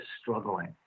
struggling